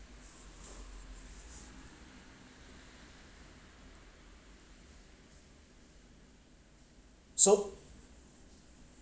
so